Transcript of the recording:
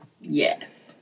yes